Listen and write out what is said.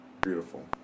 Beautiful